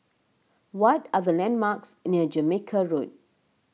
what are the landmarks near Jamaica Road